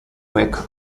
worker